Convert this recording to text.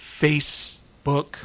Facebook